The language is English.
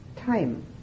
time